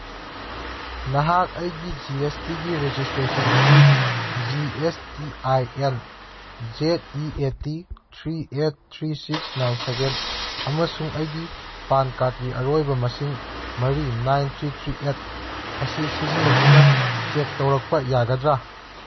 ꯅꯍꯥꯛ ꯑꯩꯒꯤ G S ꯇꯤꯒꯤ ꯔꯦꯖꯤꯁꯇ꯭ꯔꯦꯁꯟ ꯑꯗꯨ G S T I N Z E A T three eight three six nine seven ꯑꯃꯁꯨꯡ ꯑꯩꯒꯤ ꯄꯥꯟ ꯀꯥꯔꯠꯀꯤ ꯑꯔꯣꯏꯕ ꯃꯁꯤꯡ ꯃꯔꯤ ꯅꯥꯏꯟ ꯊ꯭ꯔꯤ ꯊ꯭ꯔꯤ ꯑꯩꯠ ꯑꯁꯤ ꯁꯤꯖꯤꯟꯅꯗꯨꯅ ꯆꯦꯛ ꯇꯧꯔꯛꯄ ꯌꯥꯒꯗ꯭ꯔꯥ